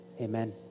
Amen